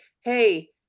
hey